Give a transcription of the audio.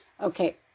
Okay